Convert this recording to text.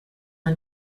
are